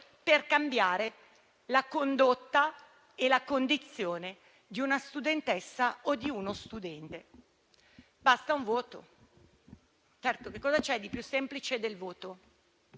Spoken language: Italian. per cambiare la condotta e la condizione di una studentessa o di uno studente. Basta un voto: certo, che cosa c'è di più semplice del voto?